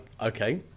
okay